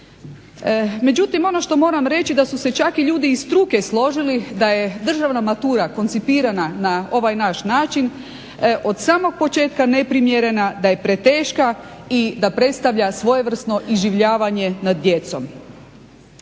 Međutim, ono što moram reći da su se čak i ljudi iz struke složili da je državna matura koncipirana na ovaj naš način, od samog početka neprimjerena, da je preteška i da predstavlja svojevrsno iživljavanje nad djecom.